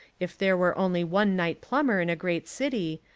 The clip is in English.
if there were only one night plumber in a great city,